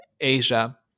Asia